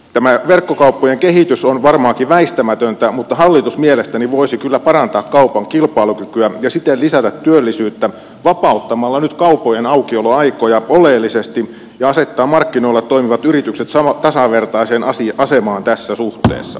tämä verkkokauppojen kehitys on varmaankin väistämätöntä mutta hallitus mielestäni voisi kyllä parantaa kaupan kilpailukykyä ja siten lisätä työllisyyttä vapauttamalla nyt kauppojen aukioloaikoja oleellisesti ja asettaa markkinoilla toimivat yritykset tasavertaiseen asemaan tässä suhteessa